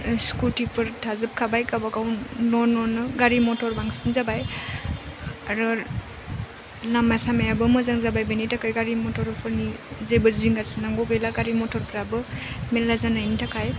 स्कुटिफोर थाजोबखाबाय गावबागाव न' न'नो गारि मटर बांसिन जाबाय आरो लामा सामायाबो मोजां जाबाय बिनि थाखाय गारि मटरफोरनि जेबो जिंगा सिनांगौ गैला गारि मटरफ्राबो मेरला जानायनि थाखाय